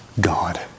God